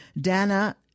Dana